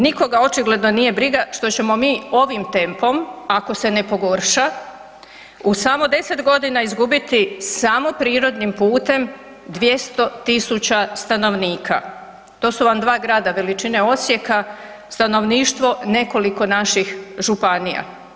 Nikoga očigledno nije briga što ćemo mi ovim tempom, ako se ne pogorša u samo deset godina izgubiti samo prirodnim putem 200.000 stanovnika, to su vam dva grada veličine Osijeka stanovništvo nekoliko naših županija.